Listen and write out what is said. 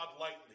lightly